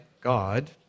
God